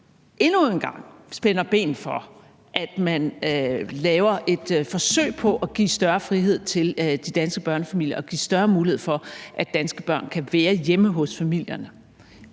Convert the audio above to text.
endnu en gang spænder ben for, at man laver et forsøg på at give større frihed til de danske børnefamilier og give større mulighed for, at danske børn kan være hjemme hos familierne.